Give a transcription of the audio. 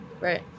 Right